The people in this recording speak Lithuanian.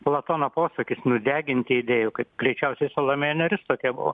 platono posakis nudeginti idėjų kaip greičiausiai salomėja nėris tokia buvo